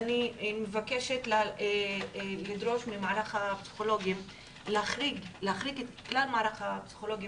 אני מבקשת לדרוש ממערך הפסיכולוגים להחריג את כלל מערך הפסיכולוגים